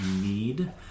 need